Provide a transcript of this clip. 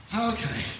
Okay